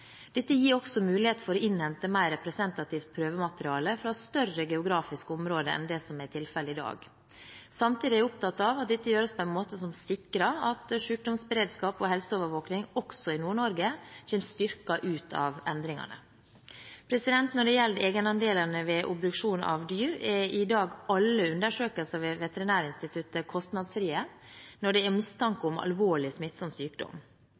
Dette gir også mulighet for å innhente mer representativt prøvemateriale fra større geografiske områder enn det som er tilfellet i dag. Samtidig er jeg opptatt av at dette gjøres på en måte som sikrer at sykdomsberedskap og helseovervåking også i Nord-Norge kommer styrket ut av endringene. Når det gjelder egenandelene ved obduksjon av dyr, er i dag alle undersøkelser ved Veterinærinstituttet kostnadsfrie når det er mistanke om alvorlig, smittsom sykdom.